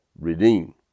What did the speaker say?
redeem